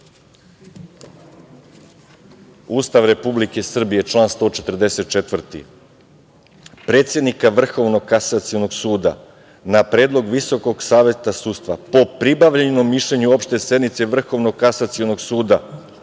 Ustav Republike Srbije član 144. predsednika Vrhovnog kasacionog suda na predlog VSS po pribavljenom mišljenju opšte sednice Vrhovnog kasacionog suda